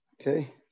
Okay